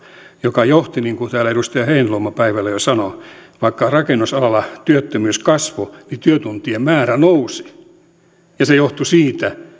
joka johti niin kuin täällä edustaja heinäluoma päivällä jo sanoi siihen että vaikka rakennusalalla työttömyys kasvoi niin työtuntien määrä nousi se johtui siitä